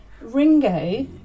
Ringo